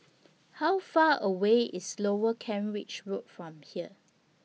How Far away IS Lower Kent Ridge Road from here